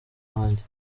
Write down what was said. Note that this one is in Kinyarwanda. wanjye